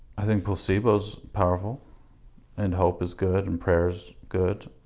i think we'll see both powerful and hope is good and prayers good